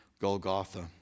Golgotha